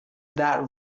that